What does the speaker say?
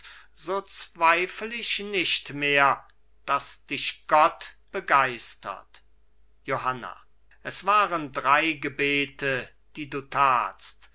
so zweifl ich nicht mehr daß dich gott begeistert johanna es waren drei gebete die du tatst